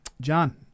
John